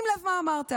שים לב מה אמרת.